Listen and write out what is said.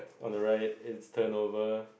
on the right it's turnover